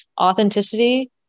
authenticity